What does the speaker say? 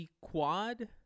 quad